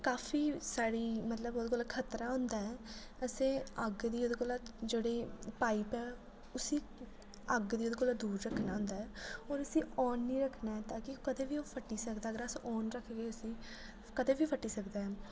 काफी स्हाड़ी मतलब ओह्दे कोला खतरा होंदा ऐ असें अग्ग दी ओह्दे कोला जेह्ड़ी पाइप ऐ उसी अग्ग गी ओह्दे कोला दूर रक्खना होंदा ऐ होर उसी ओन नी रक्खना ऐ ता कि कदें बी ओह् फट्टी सकदा ऐ अगर अस ओन रखगे उसी कदें बी फट्टी सकदा ओह्